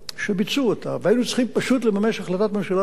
והיינו צריכים פשוט לממש החלטת ממשלה להגיע לתוכנית חירום ב'.